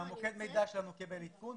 גם מוקד המידע שלנו קיבל עדכון,